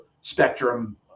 Spectrum